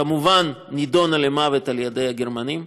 כמובן, נידונה למוות על ידי הגרמנים,